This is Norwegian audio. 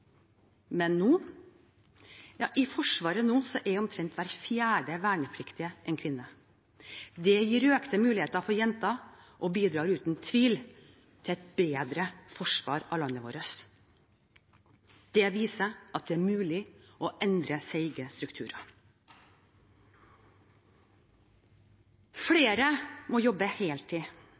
men i Forsvaret nå er omtrent hver fjerde vernepliktige en kvinne. Det gir økte muligheter for jenter og bidrar uten tvil til et bedre forsvar av landet vårt. Det viser at det er mulig å endre seige strukturer. Flere må jobbe heltid,